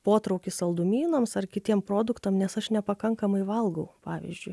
potraukį saldumynams ar kitiem produktam nes aš nepakankamai valgau pavyzdžiui